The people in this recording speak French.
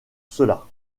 cela